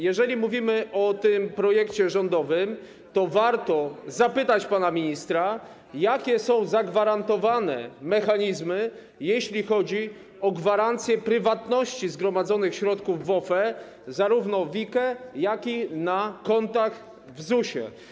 Jeżeli mówimy o tym projekcie rządowym, to warto zapytać pana ministra, jakie są zagwarantowane mechanizmy, jeśli chodzi o gwarancje prywatności zgromadzonych środków w OFE zarówno w IKE, jak i na kontach w ZUS-ie.